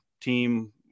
team